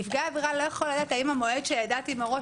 נפגע העבירה לא יכול לדעת האם המועד שידעתי מראש